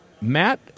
Matt